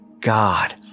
God